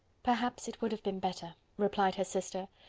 perhaps it would have been better, replied her sister.